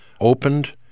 opened